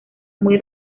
muy